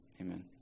amen